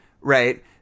right